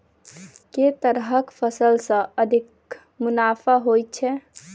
केँ तरहक फसल सऽ अधिक मुनाफा होइ छै?